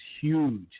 huge